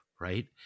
Right